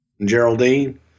Geraldine